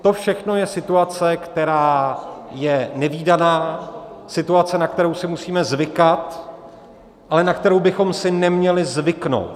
To všechno je situace, která je nevídaná, situace, na kterou si musíme zvykat, ale na kterou bychom si neměli zvyknout.